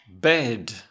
bed